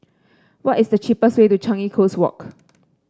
what is the cheapest way to Changi Coast Walk